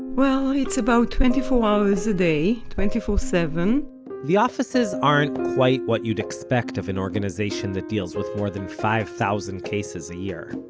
well, it's about twenty-four hours a day. twenty-four-seven the offices aren't quite what you'd expect of an organization that deals with more than five thousand cases a year.